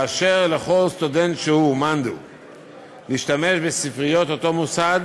לאפשר לכל סטודנט שהוא להשתמש בספריות אותו מוסד